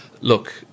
look